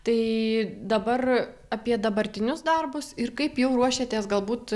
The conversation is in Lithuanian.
tai dabar apie dabartinius darbus ir kaip jau ruošiatės galbūt